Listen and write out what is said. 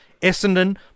Essendon